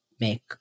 make